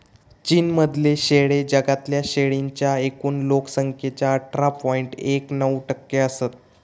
चीन मधले शेळे जगातल्या शेळींच्या एकूण लोक संख्येच्या अठरा पॉइंट एक नऊ टक्के असत